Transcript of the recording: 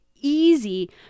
easy